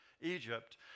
Egypt